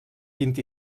vint